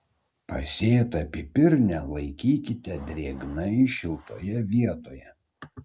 pasėtą pipirnę laikykite drėgnai šiltoje vietoje